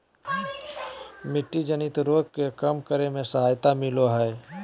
मिट्टी जनित रोग के कम करे में सहायता मिलैय हइ